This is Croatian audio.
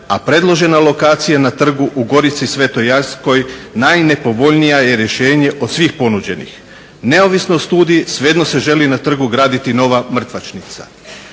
a predložena lokacija na trgu u Gorici svetojanskoj najnepovoljnije je rješenje od svih ponuđenih. Neovisno o studiji svejedno se želi na trgu graditi nova mrtvačnica.